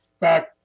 back